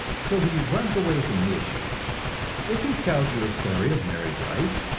so he runs away from the issue if he tells you a story of married life,